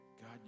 God